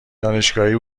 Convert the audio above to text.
دانشگاهی